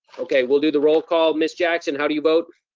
okay, we'll do the roll call. miss jackson, how do you vote?